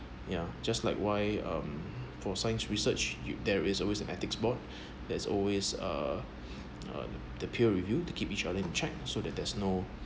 yeah just like why um for science research there is always an ethics board there's always a the peer reviewed to keep each other in check so that there's no